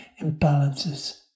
imbalances